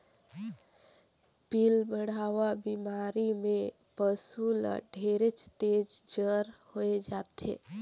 पिलबढ़वा बेमारी में पसु ल ढेरेच तेज जर होय जाथे